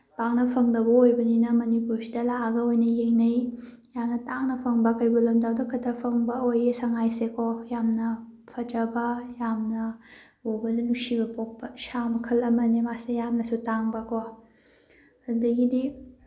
ꯄꯥꯛꯅ ꯐꯪꯗꯕ ꯑꯣꯏꯕꯅꯤꯅ ꯃꯅꯤꯄꯨꯔꯁꯤꯗ ꯂꯥꯛꯑꯒ ꯑꯣꯏꯅ ꯌꯦꯡꯅꯩ ꯌꯥꯝꯅ ꯇꯥꯡꯅ ꯐꯪꯕ ꯀꯩꯕꯨꯜ ꯂꯝꯖꯥꯎꯗꯈꯇ ꯐꯪꯕ ꯑꯣꯏꯌꯦ ꯁꯉꯥꯏꯁꯦꯀꯣ ꯌꯥꯝꯅ ꯐꯖꯕ ꯌꯥꯝꯅ ꯎꯕꯗ ꯅꯨꯡꯁꯤꯕ ꯄꯣꯛꯄ ꯁꯥ ꯃꯈꯜ ꯑꯃꯅꯤ ꯃꯥꯁꯦ ꯌꯥꯝꯅꯁꯨ ꯇꯥꯡꯕꯀꯣ ꯑꯗꯨꯗꯒꯤꯗꯤ